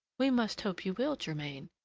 we must hope you will, germain.